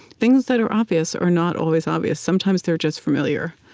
things that are obvious are not always obvious. sometimes they're just familiar.